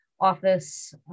office